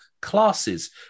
classes